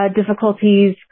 difficulties